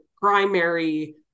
primary